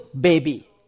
baby